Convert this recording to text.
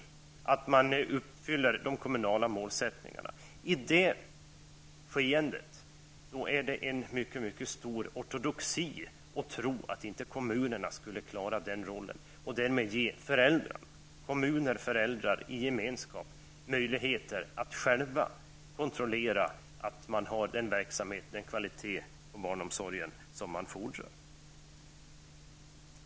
Det gäller ju att nå upp till de kommunala målen. I det skeendet är det verkligen att visa ortodoxi om man tror att kommunerna inte klarar den här rollen. Det handlar ju om att kommunen och föräldrarna får möjlighet att gemensamt och själva kontrollera den här verksamheten och den kvalitet på barnomsorgen som erfordras.